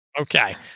Okay